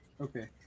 Okay